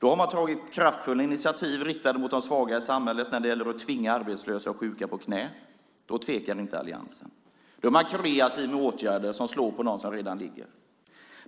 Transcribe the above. Där har man tagit kraftfulla initiativ, riktade mot de svaga i samhället. När det gäller att tvinga arbetslösa och sjuka på knä tvekar inte alliansen; då är man kreativ med åtgärder som slår mot dem som redan ligger.